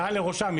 מעל לראשם,